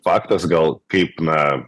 faktas gal kaip na